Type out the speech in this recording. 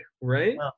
right